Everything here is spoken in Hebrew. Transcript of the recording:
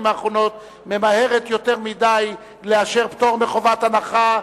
ממהרות יותר מדי לאשר פטור מחובת הנחה.